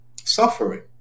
suffering